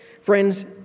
Friends